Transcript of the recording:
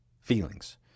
feelings